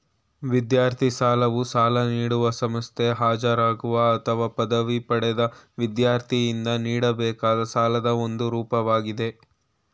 ವಿದ್ಯಾರ್ಥಿ ಸಾಲವು ಸಾಲ ನೀಡುವ ಸಂಸ್ಥೆ ಹಾಜರಾಗುವ ಅಥವಾ ಪದವಿ ಪಡೆದ ವಿದ್ಯಾರ್ಥಿಯಿಂದ ನೀಡಬೇಕಾದ ಸಾಲದ ಒಂದು ರೂಪವಾಗಿದೆ